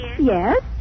Yes